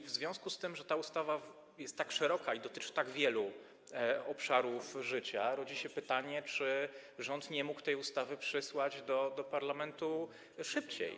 W związku z tym, że ta ustawa jest tak szeroka i dotyczy tak wielu obszarów życia, rodzi się pytanie, czy rząd nie mógł tej ustawy przesłać do parlamentu szybciej.